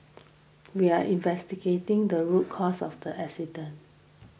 we are investigating the root cause of the accident